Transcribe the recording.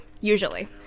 usually